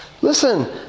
Listen